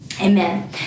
Amen